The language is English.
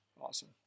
Awesome